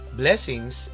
blessings